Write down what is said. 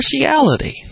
partiality